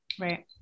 Right